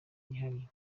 yihariye